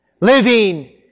living